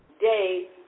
day